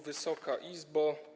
Wysoka Izbo!